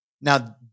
now